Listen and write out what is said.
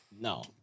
No